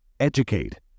Educate